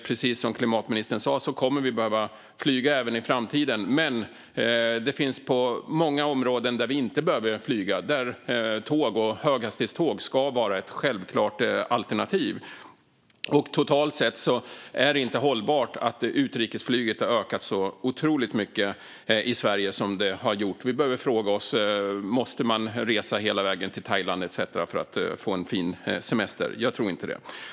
Precis som klimatministern sa kommer vi att behöva flyga även i framtiden, men det finns många områden där vi inte behöver flyga och där tåg och höghastighetståg ska vara ett självklart alternativ. Totalt sett är det inte hållbart att utrikesflyget har ökat så otroligt mycket i Sverige som det har gjort. Vi behöver fråga oss: Måste man resa hela vägen till Thailand etcetera för att få en fin semester? Jag tror inte det.